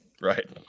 right